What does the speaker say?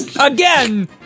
Again